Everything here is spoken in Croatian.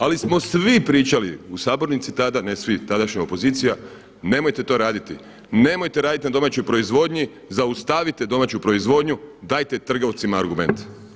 Ali smo svi pričali u sabornici tada, ne svi, tadašnja opozicija nemojte to raditi, nemojte raditi na domaćoj proizvodnji, zaustavite domaću proizvodnju, dajte trgovcima argument.